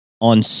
on